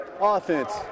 Offense